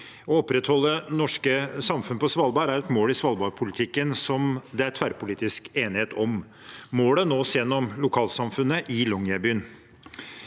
Å opprettholde norske samfunn på Svalbard er et mål i Svalbard-politikken som det er tverrpolitisk enighet om. Målet nås gjennom lokalsamfunnet i Longyearbyen.